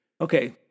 Okay